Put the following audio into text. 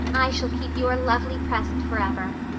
i shall keep your lovely present forever.